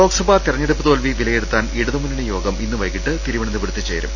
ലോക്സഭാ തെരഞ്ഞെടുപ്പ് തോൽവി വിലയിരുത്താൻ ഇടതുമു ന്നണി യോഗം ഇന്ന് വൈകീട്ട് തിരുവനന്തപുരത്ത് ചേരും